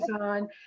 on